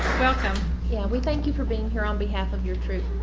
welcome. yeah we thank you for being here on behalf of your troop.